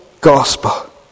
gospel